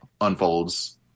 unfolds